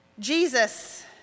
Jesus